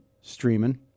streaming